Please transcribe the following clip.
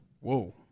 Whoa